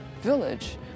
village